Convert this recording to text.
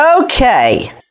okay